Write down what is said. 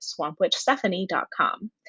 SwampWitchStephanie.com